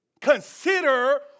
Consider